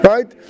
Right